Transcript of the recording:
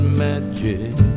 magic